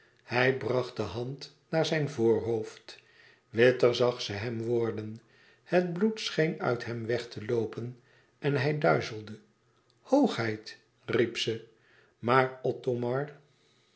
hij bracht de hand naar zijn voorhoofd witter zag zij hem worden het bloed scheen uit hem weg te loopen en hij duizelde